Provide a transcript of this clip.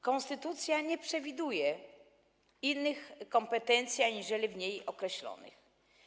Konstytucja nie przewiduje innych kompetencji niż te w niej określone.